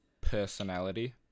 ...personality